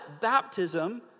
baptism